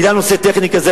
בגלל נושא טכני כזה,